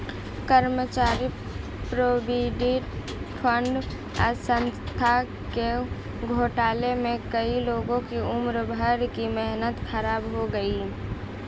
कर्मचारी provident fund संस्था के घोटाले में कई लोगों की उम्र भर की मेहनत ख़राब हो गयी